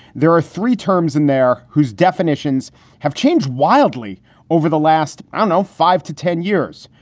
there are three terms in there whose definitions have changed wildly over the last, i know, five to ten years.